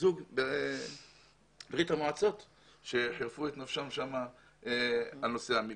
--- זוג בברית המועצות שחירפו את נפשם על נושא המקווה.